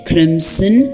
Crimson